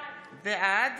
בעד